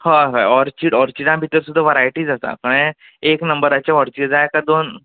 हय हय ऑर्चीड ऑर्चिडा भितर सुद्दां वरायटीज आसा कयें एक नंबराचें ऑर्ची जाय काय दोन